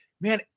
Man